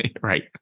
Right